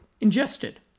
ingested